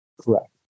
Correct